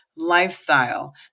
lifestyle